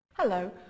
Hello